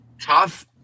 Tough